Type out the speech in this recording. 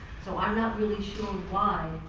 so i'm not really sure why